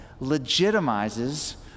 legitimizes